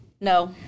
No